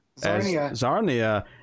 Zarnia